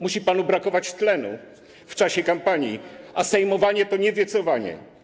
Musi panu brakować tlenu w czasie kampanii, a sejmowanie to nie wiecowanie.